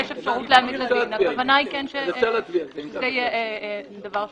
ויש אפשרות להעמיד לדין הכוונה שזה יהיה דבר אסור.